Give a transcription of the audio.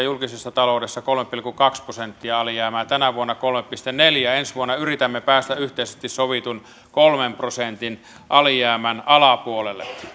julkisessa taloudessa kolme pilkku kaksi prosenttia alijäämää tänä vuonna kolme pilkku neljä prosenttia ja ensi vuonna yritämme päästä yhteisesti sovitun kolmen prosentin alijäämän alapuolelle